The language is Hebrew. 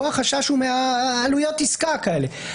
פה החשש הוא מעלויות עסקה כאלה.